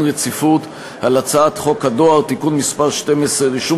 רציפות על הצעת חוק הדואר (תיקון מס' 12) (רישום